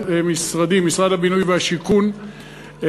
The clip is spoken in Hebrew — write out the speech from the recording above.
משרד הבינוי והשיכון,